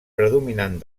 predominant